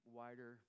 wider